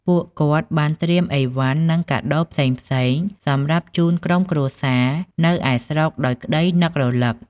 ពួកគាត់បានត្រៀមអីវ៉ាន់នឹងកាដូផ្សេងៗ សម្រាប់ជូនក្រុមគ្រួសារនៅឯស្រុកដោយក្តីនឹករលឹក។